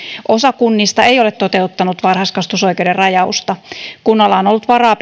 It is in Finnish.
osa kunnista ei ole toteuttanut varhaiskasvatusoikeuden rajausta kunnilla on ollut varaa